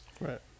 Right